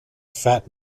fat